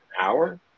hour